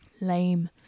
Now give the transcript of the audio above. Lame